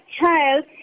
child